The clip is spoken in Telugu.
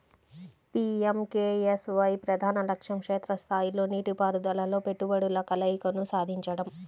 పి.ఎం.కె.ఎస్.వై ప్రధాన లక్ష్యం క్షేత్ర స్థాయిలో నీటిపారుదలలో పెట్టుబడుల కలయికను సాధించడం